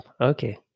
Okay